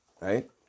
right